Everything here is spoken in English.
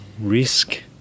risk